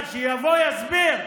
שיבוא ויסביר.